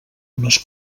unes